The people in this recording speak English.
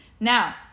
Now